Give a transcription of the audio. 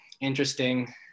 interesting